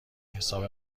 حساب